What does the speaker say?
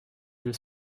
deux